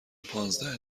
پانزده